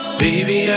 baby